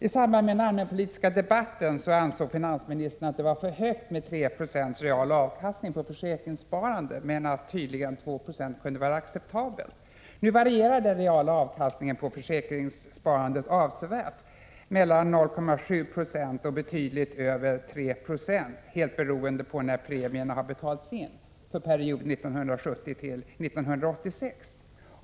I samband med den allmänpolitiska debatten ansåg finansministern att det var för högt med 3 96 real avkastning på försäkringssparandet, men tydligen kunde 2 70 vara acceptabelt. Nu varierar den reala avkastningen på försäkringssparandet avsevärt — mellan 0,7 90 och betydligt över 3 20, helt beroende på när premierna har betalats in. Det gäller perioden 1970-1986.